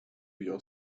your